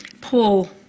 Paul